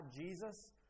Jesus